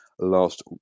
last